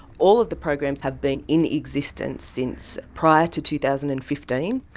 all of the programs have been in existence since prior to two thousand and fifteen.